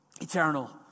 eternal